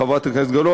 חברת הכנסת גלאון,